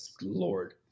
lord